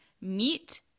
meet